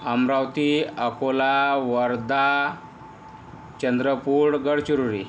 Amravati Akola Wardha Chandrapur Gadchiroli